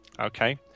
okay